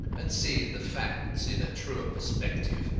and seeing the facts in a truer perspective,